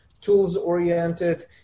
tools-oriented